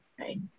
Right